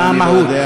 מה, אני לא יודע?